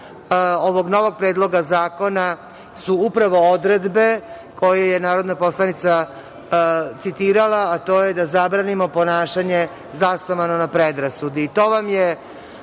ovog novog Predloga zakona su upravo odredbe koje je narodna poslanica citirala, a to je da zabranimo ponašanje zasnovano na predrasudi